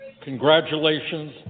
Congratulations